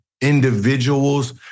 individuals